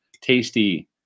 tasty